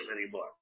anymore